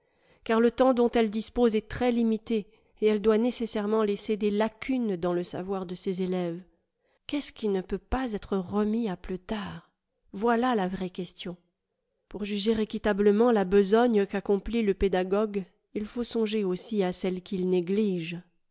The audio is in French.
car le temps dont elle dispose est très limité et elle doit nécessairement laisser des lacunes dans le savoir de ses élèves qu'est-ce qui ne peut pas être remis à plus tard voilà la vraie question pour juger équitablement la besogne qu'accomplit le pédagogue il faut songer aussi à celle qu'il néglige